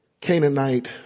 Canaanite